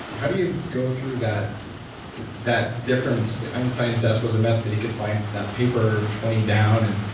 how do you go through that that difference? einstein's desk was a mess, but he could find that paper twenty down. and